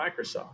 Microsoft